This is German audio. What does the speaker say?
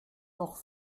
noch